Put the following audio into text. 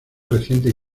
recientes